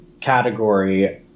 category